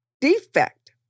defect